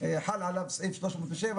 שחל עליו סעיף 307